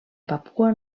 papua